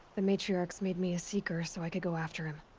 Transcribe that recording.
the matriarchs made me a seeker so i could go after him.